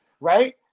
right